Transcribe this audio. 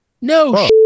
No